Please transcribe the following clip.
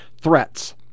threats